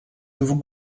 nouveau